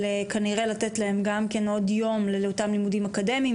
כנראה לתת להם גם כן עוד יום ללימודים אקדמיים,